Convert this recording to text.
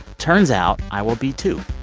turns out i will be, too.